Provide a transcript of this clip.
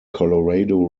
colorado